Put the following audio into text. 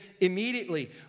immediately